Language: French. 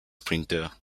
sprinteur